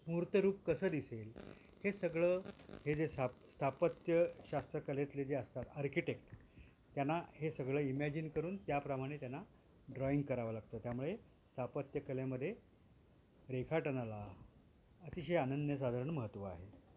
मूर्तरूप कसं दिसेल हे सगळं हे जे सा स्थापत्यशास्त्रकलेतले जे असतात आर्किटेक्ट त्यांना हे सगळं इमॅजिन करून त्याप्रमाणे त्यांना ड्रॉईंग करावं लागतं त्यामुळे स्थापत्यकलेमध्ये रेखाटनाला अतिशय अनन्य साधारण महत्त्व आहे